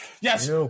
Yes